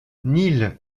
neil